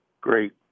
great